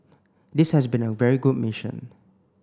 this has been a very good mission